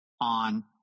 on